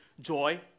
joy